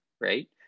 right